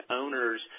owners